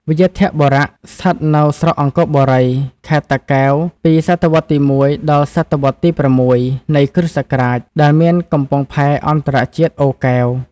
វ្យាធបុរៈ ស្ថិតនៅស្រុកអង្គរបូរី ខេត្តតាកែវពីសតវត្សរ៍ទី១ ដល់ សតវត្សរ៍ ទី៦ នៃគ្រិស្តសករាជ ដែលមានកំពង់ផែអន្តរជាតិ អូរកែវ ។